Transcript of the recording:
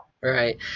Right